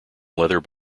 leather